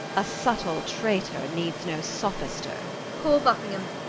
a subtle traitor needs no sophister call buckingham,